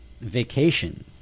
vacation